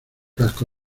cascos